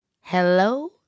Hello